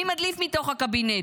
מי מדליף מתוך הקבינט?